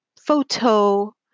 photo